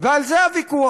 ועל זה הוויכוח.